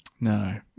No